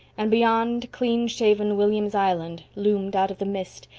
and beyond, clean shaven william's island loomed out of the mist,